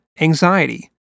anxiety